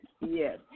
Yes